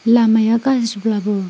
लामाया गाज्रिब्लाबो